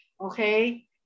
Okay